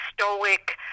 stoic